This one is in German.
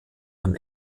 und